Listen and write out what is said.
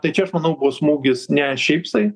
tai čia aš manau bus smūgis ne šiaip sai